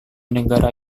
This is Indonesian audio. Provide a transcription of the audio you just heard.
negara